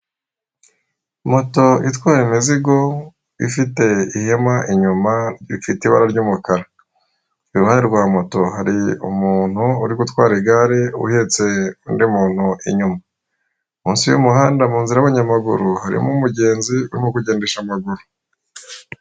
Moto itwaye imizigo ifite ihema inyuma rifite ibara ry'umukara ku iruhande rwa moto hari umuntu uri gutwara igare uhetse undi muntu inyuma munsi y'umuhanda munzira y'abanyamaguru harimo umugenzi urimo kugendesha amaguru.